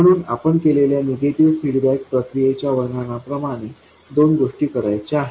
म्हणून आपण केलेल्या निगेटिव्ह फीडबॅक प्रक्रियेच्या वर्णनाप्रमाणे दोन गोष्टी करायच्या आहेत